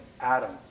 Adam